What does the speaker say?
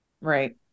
right